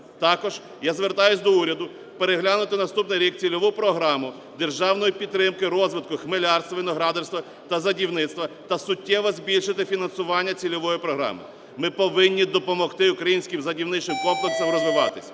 Також я звертаюсь до уряду переглянути в наступний рік Цільову програму державної підтримки розвитку хмелярства, виноградарства та садівництва та суттєво збільшити фінансування цільової програми. Ми повинні допомогти українським садівничим комплексам розвиватись,